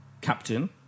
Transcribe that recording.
captain